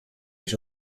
his